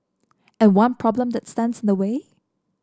and one problem that stands in the way